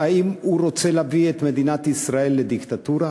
האם הוא רוצה להביא את מדינת ישראל לדיקטטורה?